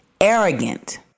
arrogant